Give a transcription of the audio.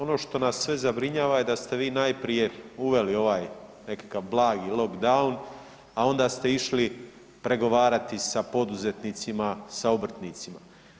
Ono što nas sve zabrinjava da ste vi najprije uveli ovaj nekakav blagi lockdown, a onda ste išli pregovarati sa poduzetnicima, sa obrtnicima.